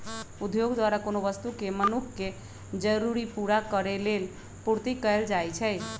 उद्योग द्वारा कोनो वस्तु के मनुख के जरूरी पूरा करेलेल पूर्ति कएल जाइछइ